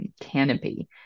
canopy